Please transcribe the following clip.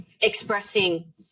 expressing